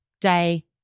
day